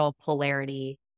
polarity